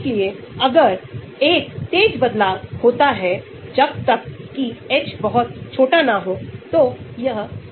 यह हर समय रैखिक होने की आवश्यकता नहीं है तो हाइड्रोफोबिक ड्रग्स बाइंडिंग के लिए अधिक से अधिकlog p बढ़ता है